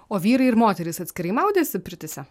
o vyrai ir moterys atskirai maudėsi pirtyse